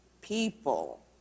people